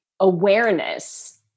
awareness